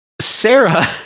Sarah